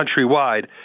countrywide